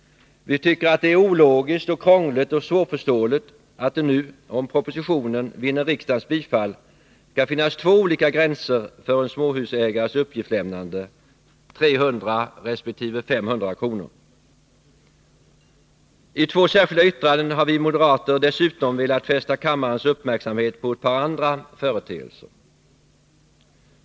Vi tycker att det är ologiskt och krångligt och svårförståeligt att det nu, om propositionen vinner riksdagens bifall, skall finnas två olika gränser för en småhusägares uppgiftslämnande, 300 resp. 500 kr. I två särskilda yttranden har vi moderater velat fästa kammarens uppmärksamhet på ett par andra företeelser.